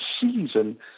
season